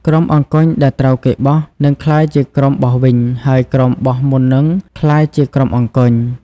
ក្រុមអង្គញ់ដែលត្រូវគេបោះ នឹងក្លាយជាក្រុមបោះវិញ ហើយក្រុមបោះមុននឹងក្លាយជាក្រុមអង្គញ់ ។